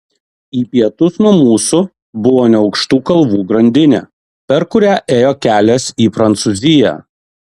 į pietus nuo mūsų buvo neaukštų kalvų grandinė per kurią ėjo kelias į prancūziją